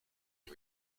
and